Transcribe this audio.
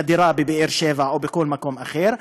לדירה בבאר שבע או בכל מקום אחר,